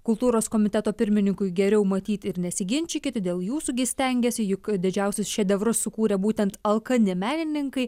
kultūros komiteto pirmininkui geriau matyt ir nesiginčykit dėl jūsų gi stengiasi juk didžiausius šedevrus sukūrė būtent alkani menininkai